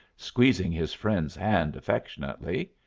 squeezing his friend's hand affectionately.